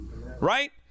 Right